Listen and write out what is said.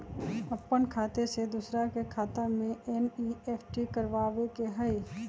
अपन खाते से दूसरा के खाता में एन.ई.एफ.टी करवावे के हई?